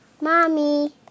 Mommy